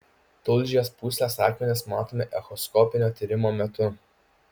tulžies pūslės akmenys matomi echoskopinio tyrimo metu